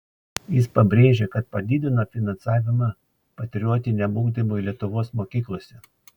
jis pabrėžė kad padidino finansavimą patriotiniam ugdymui lietuvos mokyklose